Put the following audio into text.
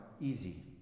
easy